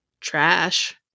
trash